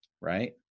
right